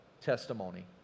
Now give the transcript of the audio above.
testimony